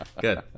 Good